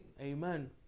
Amen